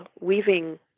weaving